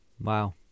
Wow